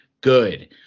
good